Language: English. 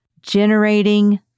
generating